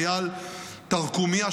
אייל ותרקומיא,